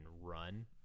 run